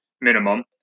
minimum